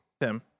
Tim